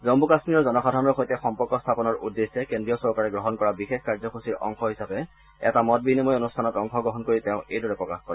জম্মু কাশ্মীৰৰ জনসাধাৰণৰ সৈতে সম্পৰ্ক স্থাপনৰ উদ্দেশ্যে কেজ্ৰীয় চৰকাৰে গ্ৰহণ কৰা বিশেষ কাৰ্যসূচীৰ অংশ হিচাপে এটা মত বিনিময় অনুষ্ঠানত অংশগ্ৰহণ কৰি তেওঁ এইদৰে প্ৰকাশ কৰে